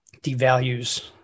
devalues